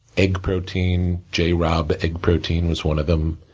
egg protein, j-rob egg protein was one of them.